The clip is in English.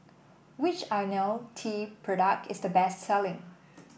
which IoniL T product is the best selling